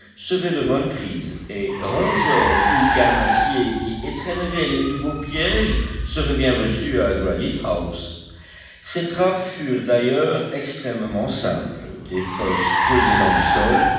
serait de bonne prise et rongeurs ou carnassiers qui étrenneraient les nouveaux pièges seraient bien reçus à granitehouse ces trappes furent d'ailleurs extrêmement simples des fosses creusées dans le sol